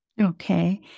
Okay